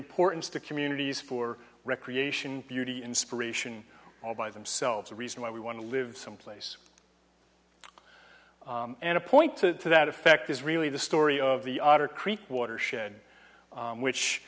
importance to communities for recreation beauty inspiration all by themselves the reason why we want to live someplace and a point to that effect is really the story of the otter creek watershed which